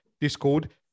Discord